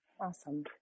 Awesome